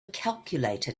calculator